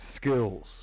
skills